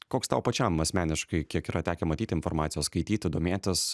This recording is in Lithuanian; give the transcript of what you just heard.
koks tau pačiam asmeniškai kiek yra tekę matyti informacijos skaityti domėtis